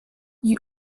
you